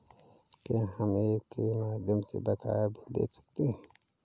क्या हम ऐप के माध्यम से बकाया बिल देख सकते हैं?